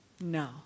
No